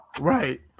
Right